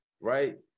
right